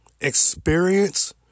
experience